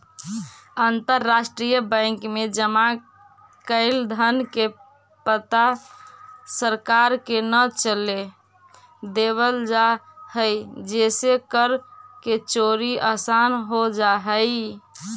अंतरराष्ट्रीय बैंक में जमा कैल धन के पता सरकार के न चले देवल जा हइ जेसे कर के चोरी आसान हो जा हइ